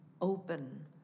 open